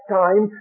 time